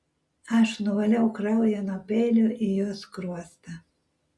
aš nuvaliau kraują nuo peilio į jo skruostą